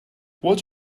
what